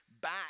back